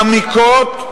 מעמיקות,